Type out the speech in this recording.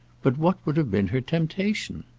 but what would have been her temptation?